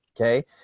Okay